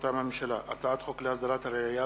מטעם הממשלה: הצעת חוק להסדרת הרעייה